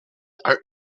our